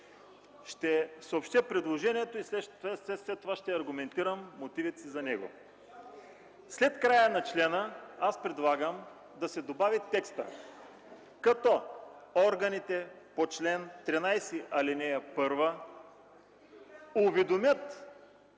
Ще съобщя предложението и след това ще аргументирам мотивите си за него. След края на члена предлагам да се добави „като органите по чл. 13, ал. 1 уведомят